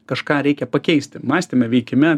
kažką reikia pakeisti mąstyme veikime